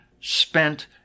spent